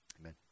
amen